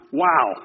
wow